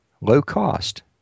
low-cost